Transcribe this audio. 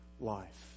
life